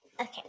Okay